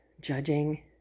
judging